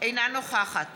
אינה נוכחת